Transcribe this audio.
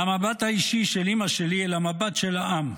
מהמבט האישי של אימא שלי למבט של העם.